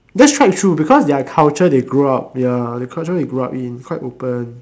that's quite true because their culture they grew up ya the culture they grew up on quite open